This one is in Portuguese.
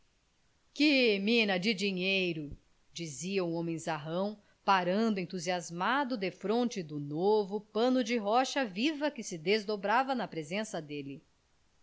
que mina de dinheiro dizia o homenzarrão parando entusiasmado defronte do novo pano de rocha viva que se desdobrava na presença dele